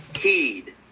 heed